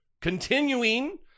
continuing